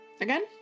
again